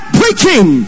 preaching